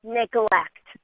neglect